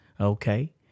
okay